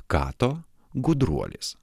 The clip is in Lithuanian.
kato gudruolis